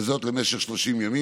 וזאת למשך 30 ימים,